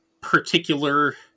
particular